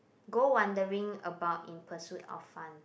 go wondering about in pursuit of fun